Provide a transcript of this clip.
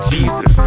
Jesus